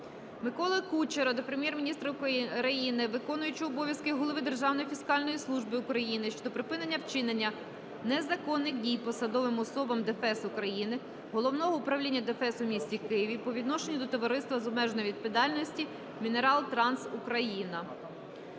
Миколи Кучера до Прем'єр-міністра України, виконуючого обов'язки Голови Державної фіскальної служби України щодо припинення вчинення незаконних дій посадовими особами ДФС України, Головного управління ДФС у місті Києві по відношенню до товариства